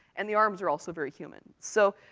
and the arms are also very human. so,